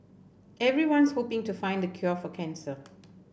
everyone's hoping to find the cure for cancer